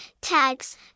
Tags